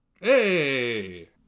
Hey